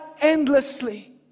endlessly